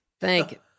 Thank